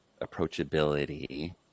approachability